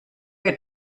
had